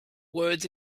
words